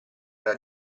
era